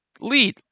lead